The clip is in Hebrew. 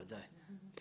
ודאי.